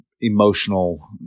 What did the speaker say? emotional